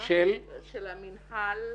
של המינהל.